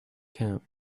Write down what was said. camp